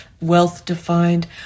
wealth-defined